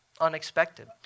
unexpected